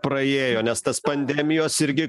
praėjo nes tas pandemijos irgi